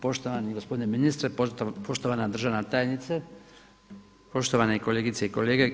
Poštovani gospodine ministre, poštovana državne tajnice, poštovane kolegice i kolege.